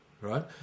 right